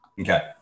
Okay